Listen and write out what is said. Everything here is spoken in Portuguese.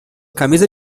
camisa